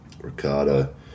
Ricardo